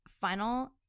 final